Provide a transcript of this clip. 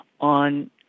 on